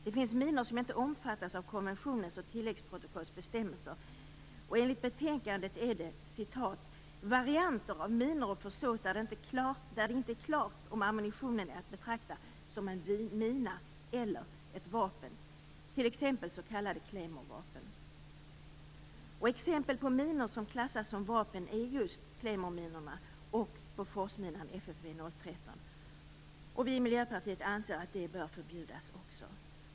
Det finns minor som inte omfattas av konventionens och tilläggsprotokollets bestämmelser, och enligt betänkandet är det då fråga om "varianter av minor och försåt, där det inte är klart om ammunitionen är att betrakta som en mina eller vapen, t.ex. s.k. Claymorevapen". Miljöpartiet anser att också de bör förbjudas.